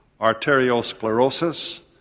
Arteriosclerosis